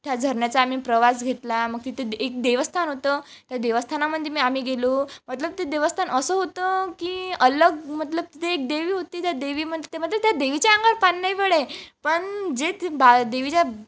त्या झरन्याचा आम्ही प्रवास घेतला मग तिथे एक देवस्थान होतं त्या देवस्थानामध्ये मी आम्ही गेलो मतलब ते देवस्थान असं होतं की अलग मतलब तिथे एक देवी होती त्या देवी म ते मतलब त्या देवीच्या अंगावर पाणी नाही पडे पण जे बा देवीच्या